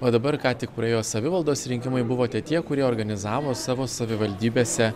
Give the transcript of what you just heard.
va dabar ką tik praėjo savivaldos rinkimai buvote tie kurie organizavo savo savivaldybėse